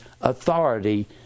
authority